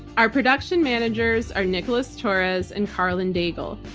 our production managers are nicholas torres and karlyn daigle.